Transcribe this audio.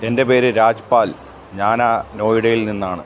എൻ്റെ പേര് രാജ്പാൽ ഞാൻ നോയിഡയിൽ നിന്നാണ്